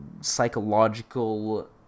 psychological